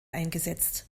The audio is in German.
eingesetzt